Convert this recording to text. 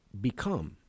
become